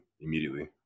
immediately